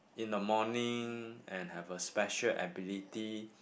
in the morning and have a special ability